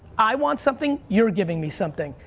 i want something. you're giving me something.